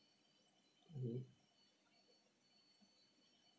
mmhmm